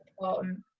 important